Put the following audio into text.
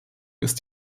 ist